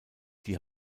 die